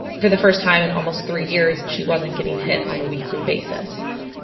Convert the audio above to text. for the first time in almost three years, she wasn't getting hit on a weekly basis.